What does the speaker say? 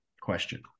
question